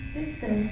Sister